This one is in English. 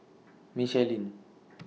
Michelin